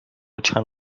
چند